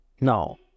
No